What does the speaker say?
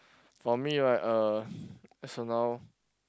for me right uh as of now